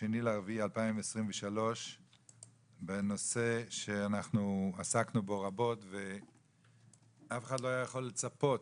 ב-2 באפריל 2023 בנושא שאנחנו עסקנו בו רבות ואף אחד לא יכול היה לצפות